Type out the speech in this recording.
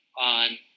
on